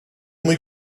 muy